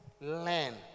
learn